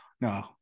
no